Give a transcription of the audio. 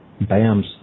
BAMS